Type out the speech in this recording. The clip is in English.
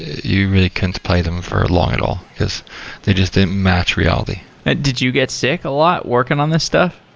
you really can't play them for long at all, because they just didn't match reality did you get sick a lot working on this stuff?